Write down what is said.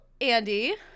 andy